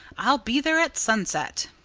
i'll be there at sunset.